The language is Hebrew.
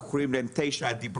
אנחנו קוראים להם 9 הדיברות.